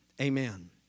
Amen